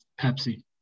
Pepsi